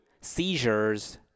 Seizures